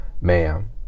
ma'am